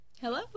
hello